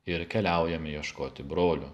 ir keliaujame ieškoti brolio